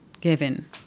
given